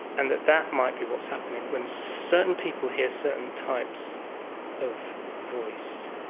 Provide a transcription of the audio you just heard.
and that that might be what is happening when certain people hear certain types of voice.